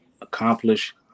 accomplish